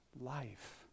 life